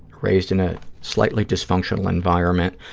raised in a slightly dysfunctional environment.